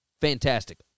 fantastic